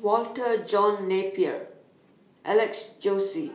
Walter John Napier Alex Josey